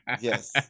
Yes